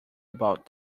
about